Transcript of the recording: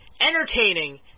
entertaining